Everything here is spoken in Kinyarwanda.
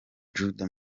juda